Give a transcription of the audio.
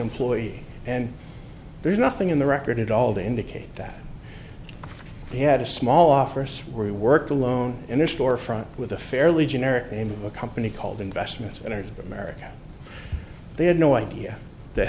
employee and there's nothing in the record at all to indicate that he had a small office where he worked alone in a store front with a fairly generic name of a company called investments and owners of america they had no idea that